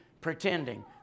pretending